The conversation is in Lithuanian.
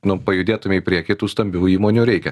nu pajudėtume į priekį tų stambių įmonių reikia